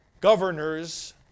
governors